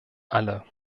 alle